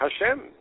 Hashem